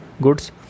goods